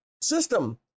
system